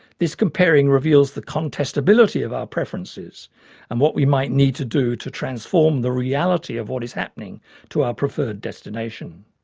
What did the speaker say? this comparing reveals the contestability of our preferences and what we might need to do to transform the reality of what is happening to our preferred destination.